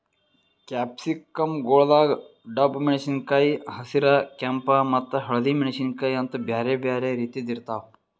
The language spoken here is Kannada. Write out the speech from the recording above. ಕ್ಯಾಪ್ಸಿಕಂ ಗೊಳ್ದಾಗ್ ಡಬ್ಬು ಮೆಣಸಿನಕಾಯಿ, ಹಸಿರ, ಕೆಂಪ ಮತ್ತ ಹಳದಿ ಮೆಣಸಿನಕಾಯಿ ಅಂತ್ ಬ್ಯಾರೆ ಬ್ಯಾರೆ ರೀತಿದ್ ಇರ್ತಾವ್